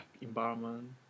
environment